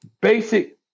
basic